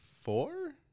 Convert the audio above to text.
Four